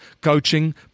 coaching